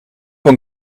een